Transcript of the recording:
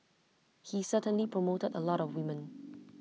he certainly promoted A lot of women